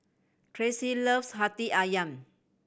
Tracy loves Hati Ayam